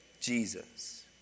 Jesus